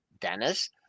Dennis